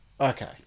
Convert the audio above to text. Okay